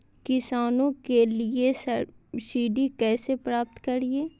किसानों के लिए सब्सिडी कैसे प्राप्त करिये?